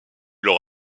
leur